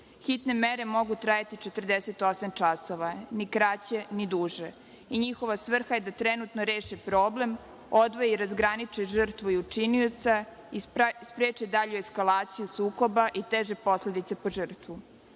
Hitne mere mogu trajati 48 časova, ni kraće, ni duže, i njihova svrha je da trenutno reši problem, odvoji i razgraniči žrtvu i učinioca i spreči dalju eksalaciju sukoba i teže posledice po žrtvu.